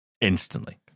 Instantly